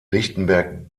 lichtenberg